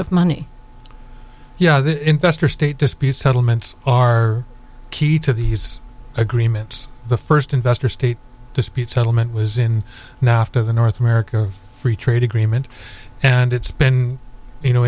of money yeah the investor state dispute settlements are key to these agreements the first investor state dispute settlement was in nafta the north america free trade agreement and it's been you know